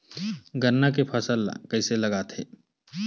गन्ना के फसल ल कइसे लगाथे?